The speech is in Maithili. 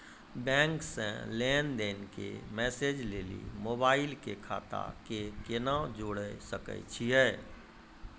बैंक से लेंन देंन के मैसेज लेली मोबाइल के खाता के केना जोड़े सकय छियै?